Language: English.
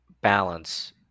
balance